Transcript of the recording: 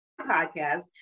podcast